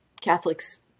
Catholics